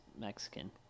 mexican